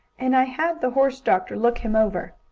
and i had the horse-doctor look him over.